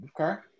Okay